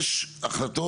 יש החלטות.